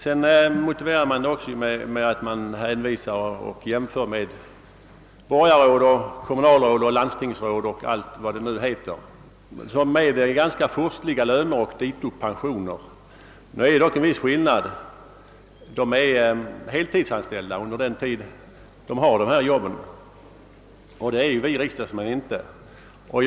Man jämför med de förhållanden som råder för borgarråd, kommunalråd, landstingsråd och allt vad det nu heter. För dem utgår ganska furstliga löner och dito pensioner. Det är dock en viss skillnad. De är heltidsanställda under den tid de innehar sin befattning, vilket vi riksdagsmän inte är.